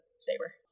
saber